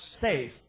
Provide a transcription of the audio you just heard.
safe